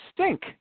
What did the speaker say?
stink